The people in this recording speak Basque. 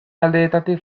aldeetatik